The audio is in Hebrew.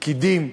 פקידים.